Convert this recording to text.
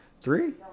Three